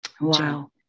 wow